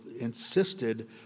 insisted